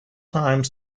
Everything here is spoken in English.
time